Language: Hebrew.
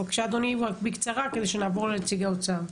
בבקשה אדוני רק בקצרה כדי שנעבור לנציג האוצר.